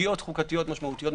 בפגיעות חוקיות משמעותיות,